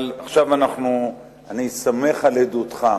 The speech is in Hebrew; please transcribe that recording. אבל עכשיו אני סומך על עדותך.